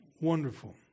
wonderful